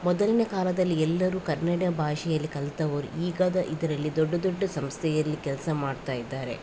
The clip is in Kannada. ಮೊದಲ್ನೇ ಕಾಲದಲ್ಲಿ ಎಲ್ಲರೂ ಕನ್ನಡ ಭಾಷೆಯಲ್ಲಿ ಕಲಿತವರು ಈಗ ಇದರಲ್ಲಿ ದೊಡ್ಡ ದೊಡ್ಡ ಸಂಸ್ಥೆಯಲ್ಲಿ ಕೆಲಸ ಮಾಡ್ತಾ ಇದ್ದಾರೆ